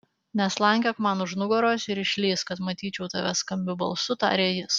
neslankiok man už nugaros ir išlįsk kad matyčiau tave skambiu balsu tarė jis